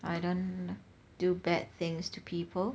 I don't do bad things to people